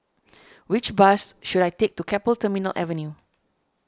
which bus should I take to Keppel Terminal Avenue